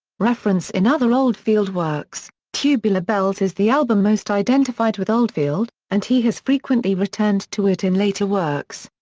reference in other oldfield works tubular bells is the album most identified with oldfield, and he has frequently returned to it in later works.